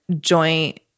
joint